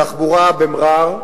תחבורה במע'אר,